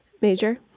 Major